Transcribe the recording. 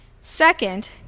Second